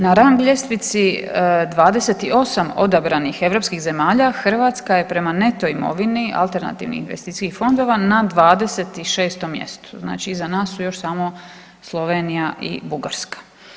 Na rang ljestvici 28 odabranih europskih zemalja Hrvatska je prema neto imovini alternativnih investicijskih fondova na 26. mjestu, znači iza nas su još samo Slovenija i Bugarska.